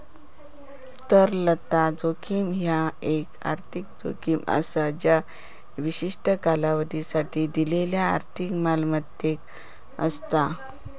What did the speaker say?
तरलता जोखीम ह्या एक आर्थिक जोखीम असा ज्या विशिष्ट कालावधीसाठी दिलेल्यो आर्थिक मालमत्तेक असता